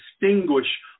distinguish